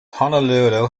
honolulu